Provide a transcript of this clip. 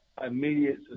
immediate